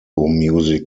music